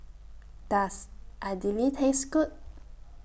Does Idili Taste Good